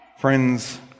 Friends